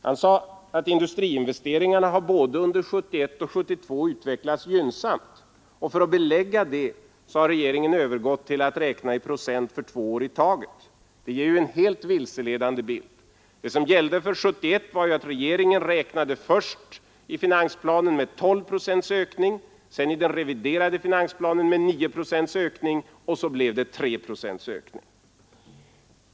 Han sade att industriinvesteringarna har under både 1971 och 1972 utvecklats gynnsamt. Och för att belä har regeringen övergått till att räkna i procent för två år i taget. Men det ger ju en helt vilseledande bild. Det som gällde för 1971 var ju att regeringen först räknade med 12 procents ökning i finansplanen, därefter med 9 procents ökning i den reviderade finansplanen — och så blev ökningen 3 procent.